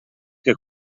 que